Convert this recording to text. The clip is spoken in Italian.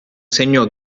segnò